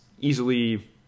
easily